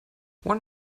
one